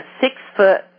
six-foot